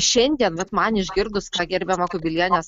šiandien bet man išgirdus ką gerbiama kubilienė